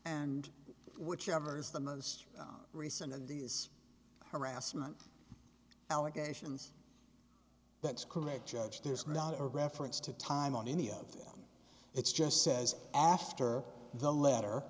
and whichever is the most recent and these harassment allegations that's correct judge there's not a reference to time on any of them it's just says after the letter